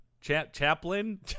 Chaplain